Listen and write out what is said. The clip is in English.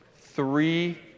three